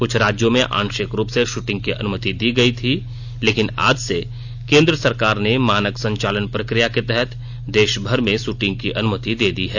कृछ राज्यों में आंशिक रूप से शूटिंग की अनुमति दी गई थी लेकिन आज से केंद्र सरकार ने मानक संचालन प्रक्रिया के तहत देश भर में शूटिंग की अनुमति दे दी है